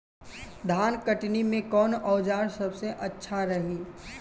धान कटनी मे कौन औज़ार सबसे अच्छा रही?